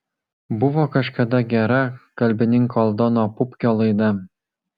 buvo kažkada gera kalbininko aldono pupkio laida